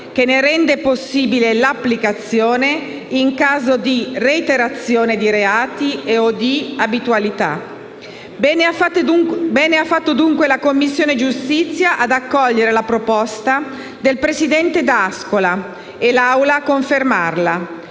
che ne rende possibile l'applicazione in caso di reiterazione di reati o di abitualità. Bene ha fatto, dunque, la Commissione giustizia ad accogliere la proposta del presidente D'Ascola e l'Aula a confermarla.